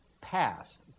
passed